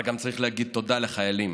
אתה גם צריך להגיד תודה לחיילים,